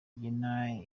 rigena